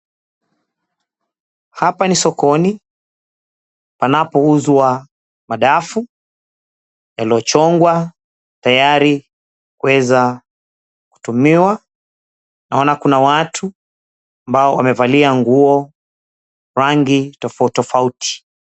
Hapa ni sokoni panapouzwa madafu yaliyochongwa kueza kutumiwa. Naona kuna watu ambao wamevalia nguo rangi tofauti tofauti.